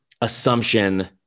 assumption